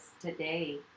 today